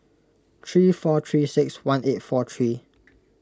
three four three six one eight four three